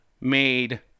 made